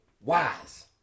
wise